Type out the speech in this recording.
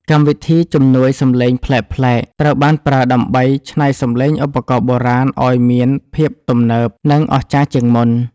កម្មវិធីជំនួយសំឡេងប្លែកៗ ត្រូវបានប្រើដើម្បីច្នៃសំឡេងឧបករណ៍បុរាណឱ្យមានភាពទំនើប និងអស្ចារ្យជាងមុន។